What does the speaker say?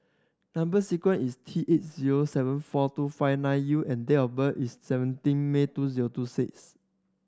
number sequence is T eight zero seven four two five nine U and date of birth is seventeen May two zero two six